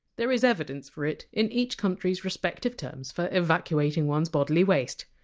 there is evidence for it in each country's respective terms for evacuating one! s bodily waste.